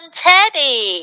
teddy